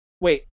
Wait